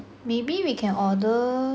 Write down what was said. maybe we can order